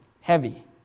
heavy